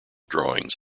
drawings